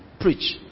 preach